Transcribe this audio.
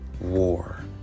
War